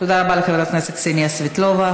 תודה רבה לחברת הכנסת קסניה סבטלובה.